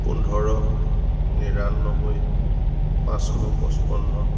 পোন্ধৰ নিৰান্নব্বৈ পাঁচশ পঁচপন্ন